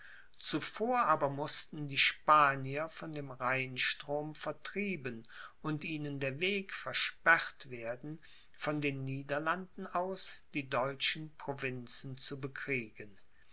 zuvor aber mußten die spanier von dem rheinstrom vertrieben und ihnen der weg versperrt werden von den niederlanden aus die deutschen provinzen zu bekriegen